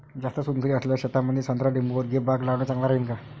जास्त चुनखडी असलेल्या शेतामंदी संत्रा लिंबूवर्गीय बाग लावणे चांगलं राहिन का?